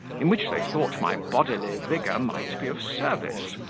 in which they thought my bodily vigour might be of service,